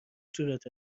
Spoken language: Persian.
صورت